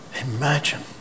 imagine